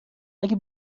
اگه